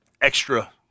extra